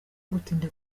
gutinda